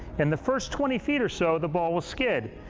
in the first twenty feet or so, the ball will skid.